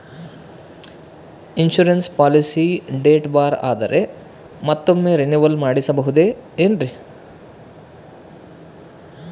Insurance policy date ಬಾರ್ ಆದರೆ ಮತ್ತೊಮ್ಮೆ ರಿನಿವಲ್ ಮಾಡಿಸಬಹುದೇ ಏನ್ರಿ?